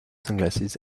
sunglasses